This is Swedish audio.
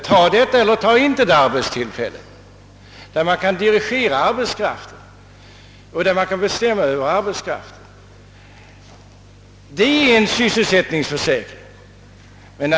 Tag det eller tag det inte.» Att kunna dirigera arbetskraften, det är en sysselsättningsförsäkring.